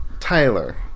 Tyler